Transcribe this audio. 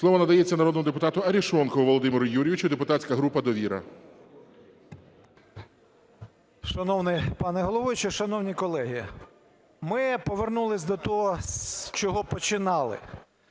Слово надається народному депутату Арешонкову Володимиру Юрійовичу, депутатська група "Довіра". 16:36:43 АРЕШОНКОВ В.Ю. Шановний пане головуючий, шановні колеги, ми повернулись до того, з чого починали.